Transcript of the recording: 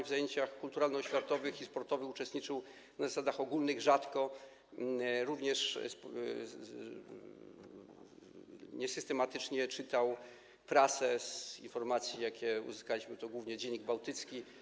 W zajęciach kulturalno-oświatowych i sportowych uczestniczył na zasadach ogólnych, rzadko, również niesystematycznie czytał prasę, z informacji, jakie uzyskaliśmy, wynika, że głównie „Dziennik Bałtycki”